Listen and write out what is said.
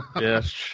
Yes